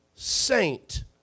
saint